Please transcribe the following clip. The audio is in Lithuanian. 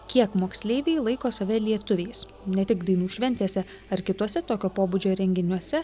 kiek moksleiviai laiko save lietuviais ne tik dainų šventėse ar kituose tokio pobūdžio renginiuose